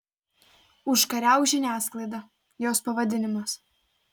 užkariauk žiniasklaidą jos pavadinimas